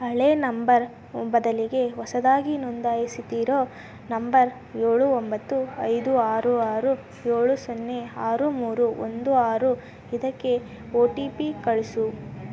ಹಳೇ ನಂಬರ್ ಬದಲಿಗೆ ಹೊಸದಾಗಿ ನೋಂದಾಯಿಸುತ್ತಿರೊ ನಂಬರ್ ಏಳು ಒಂಬತ್ತು ಐದು ಆರು ಆರು ಏಳು ಸೊನ್ನೆ ಆರು ಮೂರು ಒಂದು ಆರು ಇದಕ್ಕೆ ಒ ಟಿ ಪಿ ಕಳಿಸು